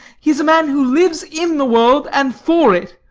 he is a man who lives in the world and for it.